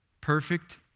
perfect